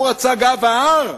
הוא רצה גב ההר?